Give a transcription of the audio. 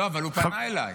לא, אבל הוא פנה אליי.